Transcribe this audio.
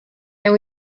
and